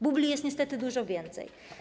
Bubli jest niestety dużo więcej.